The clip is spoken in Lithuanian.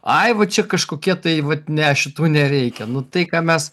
ai va čia kažkokie tai vat ne šitų nereikia nu tai ką mes